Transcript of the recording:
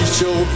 show